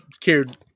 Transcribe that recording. cared